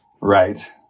Right